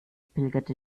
pilgerte